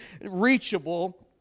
reachable